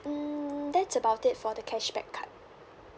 mm that's about it for the cashback card